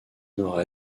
nord